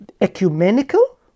Ecumenical